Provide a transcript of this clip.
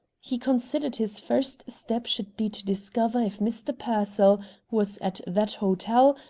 he considered his first step should be to discover if mr. pearsall was at that hotel,